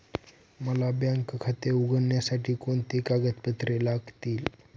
मला बँक खाते उघडण्यासाठी कोणती कागदपत्रे लागतील?